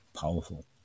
Powerful